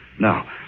Now